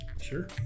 sure